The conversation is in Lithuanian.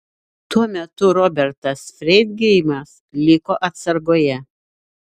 tuo metu robertas freidgeimas liko atsargoje